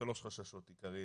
שלוש חששות עיקריים,